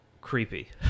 creepy